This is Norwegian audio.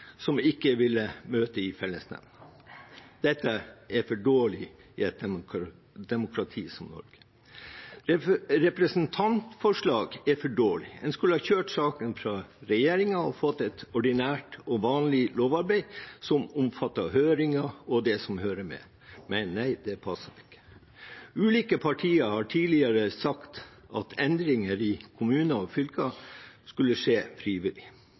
som ikke ville møte i fellesnemnda. Dette er for dårlig i et demokrati som Norge. Et representantforslag er for dårlig – en skulle ha kjørt saken fra regjeringens side og fått et ordinært og vanlig lovarbeid som omfattet høringer og det som hører med. Men nei, det passet ikke. Ulike partier har tidligere sagt at endringer av kommuner og fylker skulle skje frivillig.